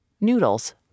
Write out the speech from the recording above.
noodles